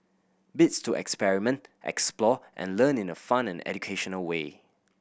bits to experiment explore and learn in a fun and educational way